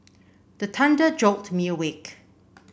the thunder jolt me awake